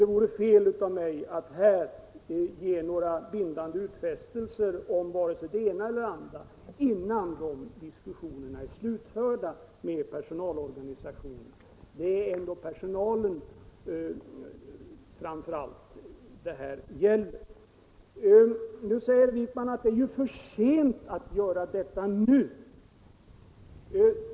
Det vore fel av mig att här ge några bindande utfästelser om vare sig det ena eller det andra innan dessa diskussioner är slutförda med personalorganisationerna. Det är ändå personalen som det här framför allt gäller. Herr Wijkman säger att det är för sent att göra detta nu.